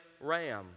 ram